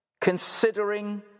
considering